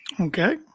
Okay